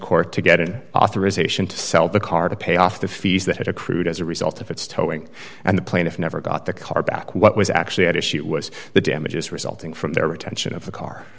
court to get an authorization to sell the car to pay off the fees that had accrued as a result of its towing and the plaintiff never got the car back what was actually at issue was the damages resulting from their retention of the car